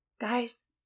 Guys